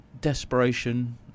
desperation